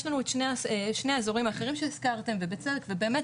יש לנו את שני האזורים האחרים שהזכרתם ובצדק ובאמת